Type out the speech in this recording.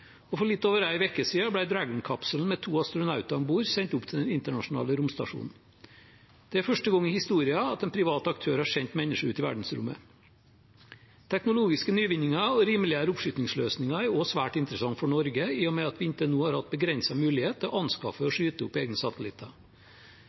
og for litt over en uke siden ble Dragon-kapselen med to astronauter om bord sendt opp til den internasjonale romstasjonen. Det er første gang i historien at en privat aktør har sendt mennesker ut i verdensrommet. Teknologiske nyvinninger og rimeligere oppskytningsløsninger er også svært interessant for Norge, i og med at vi inntil nå har hatt begrenset mulighet til å anskaffe